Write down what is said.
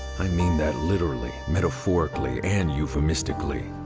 i mean that literally, metaphorically, and euphemistically.